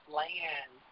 land